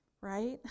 right